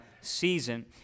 season